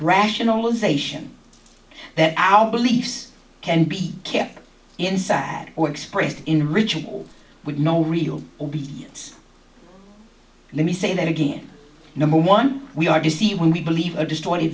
rationalization that our beliefs can be kept inside or expressed in ritual with no real obedience let me say that again number one we are to see when we believe a distorted